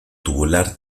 tubular